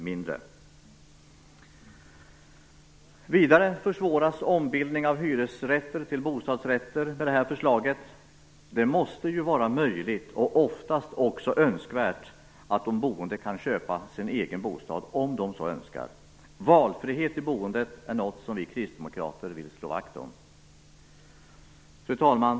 Vidare försvårar förslaget ombildning av hyresrätter till bostadsrätter. Det måste vara möjligt, och oftast också önskvärt, att de boende kan köpa sin egen bostad om de så önskar. Valfrihet i boendet är något som vi kristdemokrater vill slå vakt om. Fru talman!